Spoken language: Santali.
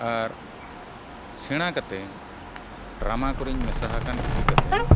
ᱟᱨ ᱥᱮᱬᱟ ᱠᱟᱛᱮ ᱰᱨᱟᱢᱟ ᱠᱚᱨᱮᱧ ᱢᱮᱥᱟ ᱟᱠᱟᱱ ᱤᱫᱤ ᱠᱟᱛᱮᱫ